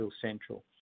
Central